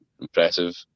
impressive